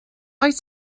wyt